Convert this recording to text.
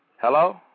Hello